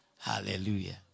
Hallelujah